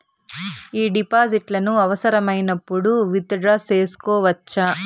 ఈ డిపాజిట్లను అవసరమైనప్పుడు విత్ డ్రా సేసుకోవచ్చా?